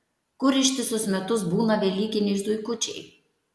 kur ištisus metus būna velykiniai zuikučiai